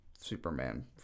Superman